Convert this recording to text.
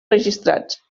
registrats